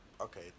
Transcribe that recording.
okay